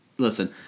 Listen